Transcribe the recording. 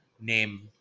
name